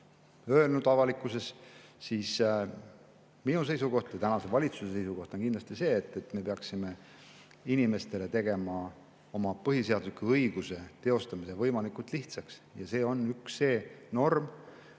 ja avalikult öelnud. Minu seisukoht ja praeguse valitsuse seisukoht on kindlasti see, et me peaksime inimestele tegema oma põhiseadusliku õiguse teostamise võimalikult lihtsaks, ja see on üks eelnõu,